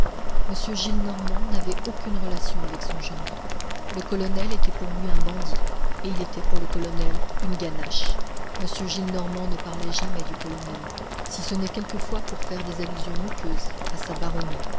m gillenormand n'avait aucune relation avec son gendre le colonel était pour lui un bandit et il était pour le colonel une ganache m gillenormand ne parlait jamais du colonel si ce n'est quelquefois pour faire des allusions moqueuses à sa baronnie